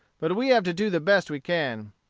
but we have to do the best we can.